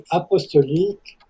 apostolique